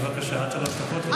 בבקשה, עד שלוש דקות לרשותך.